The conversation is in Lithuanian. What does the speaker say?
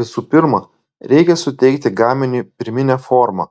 visų pirma reikia suteikti gaminiui pirminę formą